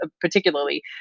particularly